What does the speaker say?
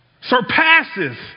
Surpasses